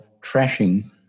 trashing